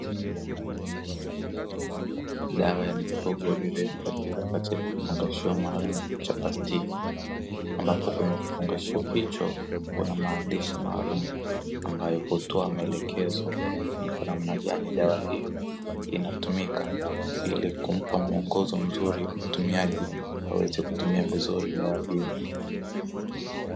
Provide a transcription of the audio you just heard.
Dawa ya mifugo iliyohifadhiwa katika kifungashio maalumu cha plastiki ambapo kwenye kifungashio hicho kuna maandishi maalumu, ambayo hutoa maelekezo ya namna gani dawa hiyo inatumika ili kumpa muongozo mzuri mtumiaji ili aweze kutumia vizuri dawa hiyo.